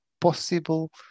possible